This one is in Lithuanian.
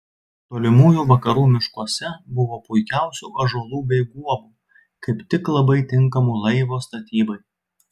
tolimųjų vakarų miškuose buvo puikiausių ąžuolų bei guobų kaip tik labai tinkamų laivo statybai